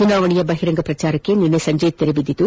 ಚುನಾವಣೆಯ ಬಹಿರಂಗ ಪ್ರಚಾರಕ್ಕೆ ನಿನ್ನೆ ಸಂಜೆ ತೆರೆ ಬಿದ್ದಿತ್ತು